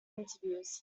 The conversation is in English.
interviews